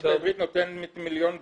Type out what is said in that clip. האוניברסיטה העברית נותנת מיליון דולר.